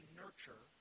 nurture